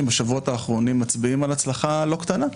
ובשבועות האחרונים מצביעים על הצלחה לא קטנה,